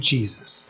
Jesus